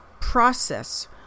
process